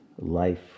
life